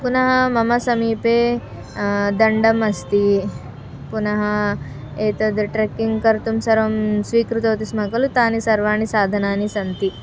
पुनः मम समीपे दण्डः अस्ति पुनः एतद् ट्रेक्किङ्ग् कर्तुं सर्वं स्वीकृतवती स्म खलु तानि सर्वाणि साधनानि सन्ति